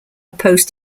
post